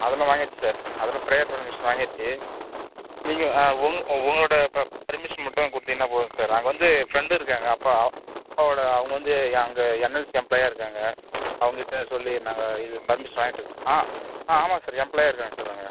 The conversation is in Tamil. அதெலாம் வாங்கியாச்சு சார் அதெலாம் ப்ரேயர் பர்மிஷன் வாங்கியாச்சு நீங்கள் உங் உங்களோடய ப பர்மிஷன் மட்டும் கொடுத்திங்கன்னா போதும் சார் அங்கே வந்து ஃப்ரெண்டு இருக்காங்க அப்பா அப்பாவோடய அவங்க வந்து அங்கே என்எல்சி எம்ப்ளாயாக இருக்காங்க அவங்ககிட்ட சொல்லி நாங்கள் இது பர்மிஷன் வாங்கிவிட்டோம் ஆ ஆ ஆமாங்க சார் எம்ப்ளாயாக இருக்காங்க சார் அங்கே